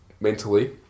mentally